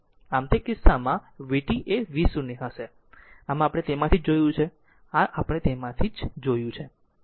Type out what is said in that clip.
આમ તે કિસ્સામાં vt એ v0 હશે આ આપણે તેમાંથી જોયું છે આ આપણે તેમાંથી જોયું છે